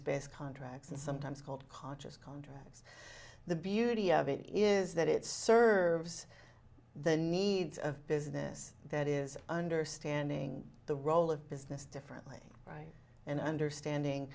based contracts and sometimes called conscious contracts the beauty of it is that it serves the needs of business that is understanding the role of business differently right and understanding